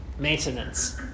Maintenance